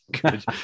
good